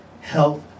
health